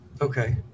Okay